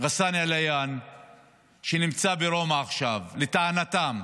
רסאן עליאן שנמצא ברומא עכשיו, לטענתם,